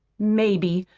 maybe.